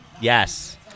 Yes